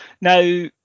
Now